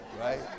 Right